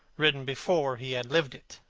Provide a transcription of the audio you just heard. written before he had lived it.